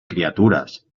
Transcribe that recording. criatures